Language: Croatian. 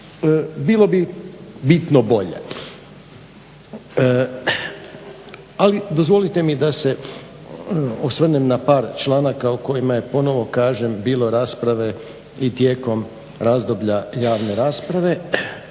bilo bi bitno bolje. Ali dozvolite mi da se osvrnem na par članaka o kojima je ponovo kažem bilo rasprave i tijekom razdoblja javne rasprave,